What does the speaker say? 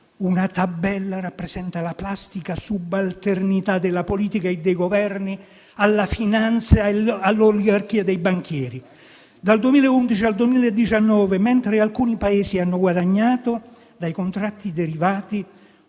una tabella che rappresenta la plastica subalternità della politica e dei Governi alla finanza e all'oligarchia dei banchieri. Dal 2011 al 2019, mentre alcuni Paesi hanno guadagnato dai contratti derivati